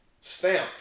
Stamped